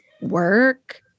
work